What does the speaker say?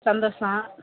சந்தோஷம்